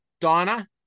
Donna